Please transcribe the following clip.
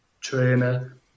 trainer